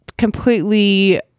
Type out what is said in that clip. completely